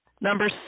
Number